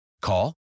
Call